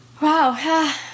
Wow